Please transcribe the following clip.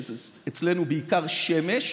שזה אצלנו בעיקר שמש,